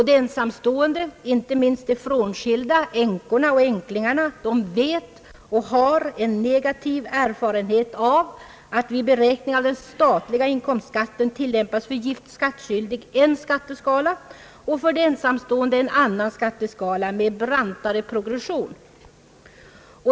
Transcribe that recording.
De ensamstående — inte minst de frånskilda, änkorna och änklingarna — vet och har negativ erfarenhet av att vid beräkning av den statliga inkomstskatten tillämpas för gift skattskyldig en skatteskala och för de ensamstående en annan skatteskala med brantare progression.